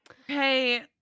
okay